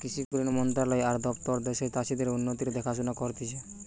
কৃষি কল্যাণ মন্ত্রণালয় আর দপ্তর দ্যাশের চাষীদের উন্নতির দেখাশোনা করতিছে